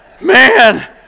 man